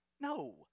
No